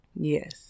yes